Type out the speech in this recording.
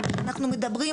מה שאנחנו מדברים,